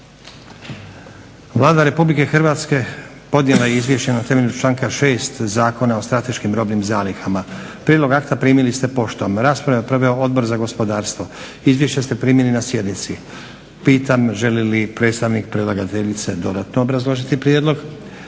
Vlada RH podnijela je Izvješće na temelju članka 6. Zakona o strateškim robnim zalihama. Prijedlog akta primili ste poštom. Raspravu je proveo Odbor za gospodarstvo. Izvješće ste primili na sjednici. Pitam, želi li predstavnik predlagateljice dodatno obrazložiti prijedlog?